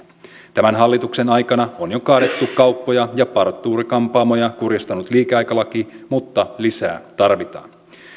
tämän hallituksen aikana on jo kaadettu kauppoja ja parturi kampaamoja kuristanut liikeaikalaki mutta lisää tarvitaan